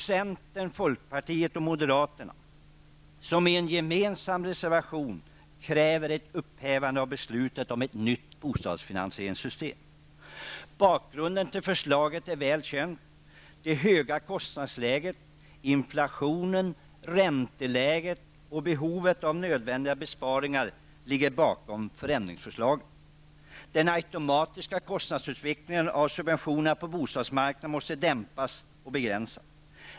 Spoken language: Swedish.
Centern, folkpartiet och moderaterna kräver i en gemensam reservation ett upphävande av beslutet om ett nytt bostadsfinansieringssystem. Bakgrunden till förslaget är väl känt. Det höga kostnadsläget, inflationen, ränteläget och behovet av nödvändiga besparingar ligger bakom förändringsförslaget. Den automatiska kostnadsutvecklingen av subventionerna på bostadsmarknaden måste dämpas och begränsas.